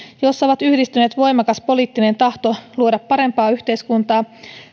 jossa ovat yhdistyneet voimakas poliittinen tahto luoda parempaa yhteiskuntaa